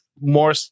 more